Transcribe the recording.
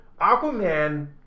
Aquaman